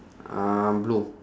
uh blue